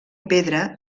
pedra